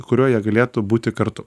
kuriuo jie galėtų būti kartu